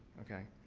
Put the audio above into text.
okay?